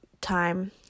time